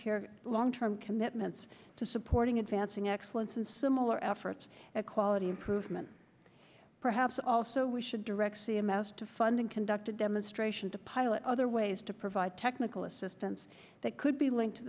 care long term commitments to supporting advancing excellence in similar efforts at quality improvement perhaps also we should direct c m s to funding conducted demonstration to pilot other ways to provide technical assistance that could be linked to